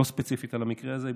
לא ספציפית על המקרה הזה.